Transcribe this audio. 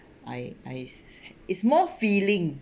I I it's more feeling